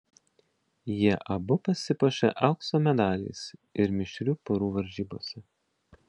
jie abu pasipuošė aukso medaliais ir mišrių porų varžybose